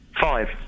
Five